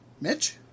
Mitch